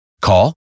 Call